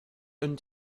und